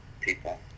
people